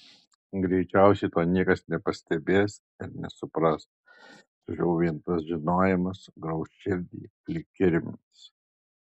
greičiausiai to niekas nepastebės ir nesupras tačiau vien tas žinojimas grauš širdį lyg kirminas